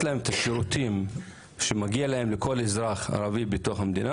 להם את השירותים שמגיע לכל אזרח ערבי בתוך המדינה.